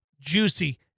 juicy